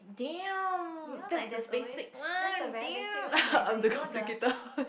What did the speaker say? damn that's the basic one damn a bit complicated one